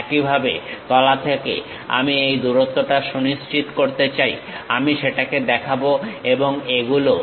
একইভাবে তলা থেকে আমি এই দূরত্বটা সুনিশ্চিত করতে চাই আমি সেটাকে দেখাবো এবং এগুলো